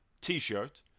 T-shirt